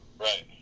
Right